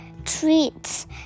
treats